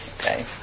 Okay